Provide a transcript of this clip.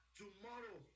tomorrow